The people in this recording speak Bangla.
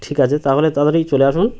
ঠিক আছে তাহলে তাড়াতাড়ি চলে আসুন